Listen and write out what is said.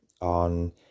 on